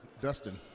Dustin